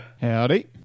Howdy